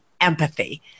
empathy